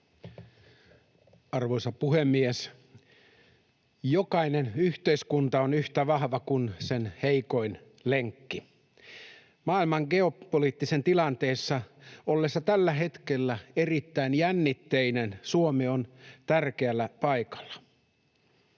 Arvoisa puhemies! Jokainen yhteiskunta on yhtä vahva kuin sen heikoin lenkki. Maailman geopoliittisen tilanteen ollessa tällä hetkellä erittäin jännitteinen Suomi on tärkeällä paikalla,